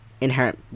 inherent